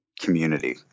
community